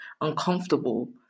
uncomfortable